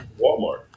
Walmart